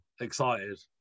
excited